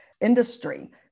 industry